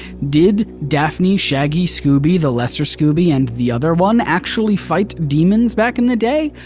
did daphne, shaggy, scooby, the lesser scooby, and the other one actually fight demons back in the day?